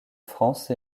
france